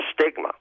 stigma